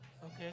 Okay